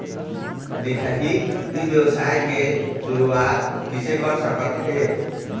दिखाही ई व्यवसाय के शुरुआत किसे कर सकत हे?